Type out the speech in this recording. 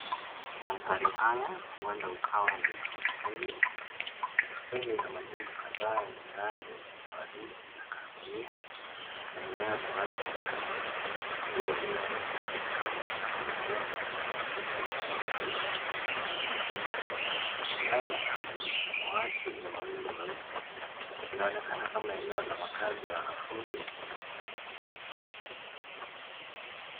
Mandhari haya huenda ukawa ni ya hosteli, hosteli ina majengo kadhaa yenye rangi ya waridi na kahawia na eneo la wazi katikati, nguo zimeanikwa kwenye kamba na kuna ndoo za plastiki za rangi ya bluu karibu na majengo. Hali ya anga ni ya samawati na mawingu meupe, inaonekana kama eneo la makazi ya wanafunzi.